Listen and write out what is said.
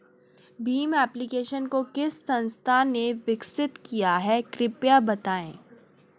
Bhim application को किस संस्था ने विकसित किया है कृपया बताइए?